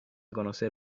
conocer